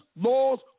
laws